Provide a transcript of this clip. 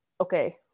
okay